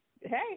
Hey